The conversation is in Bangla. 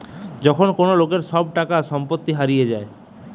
যখন কোন লোকের সব টাকা সম্পত্তি হারিয়ে যায়